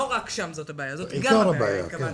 לא רק שם זאת הבעיה, זאת גם הבעיה התכוונת.